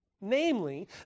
Namely